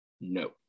No